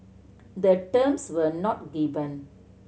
the terms were not given